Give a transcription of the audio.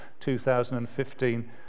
2015